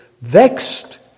vexed